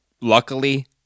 luckily